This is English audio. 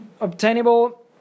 Obtainable